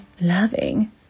loving